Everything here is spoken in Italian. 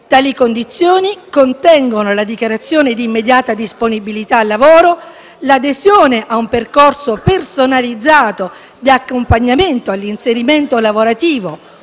Tali condizioni contengono la dichiarazione di immediata disponibilità al lavoro, l'adesione ad un percorso personalizzato di accompagnamento all'inserimento lavorativo